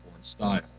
style